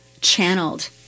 channeled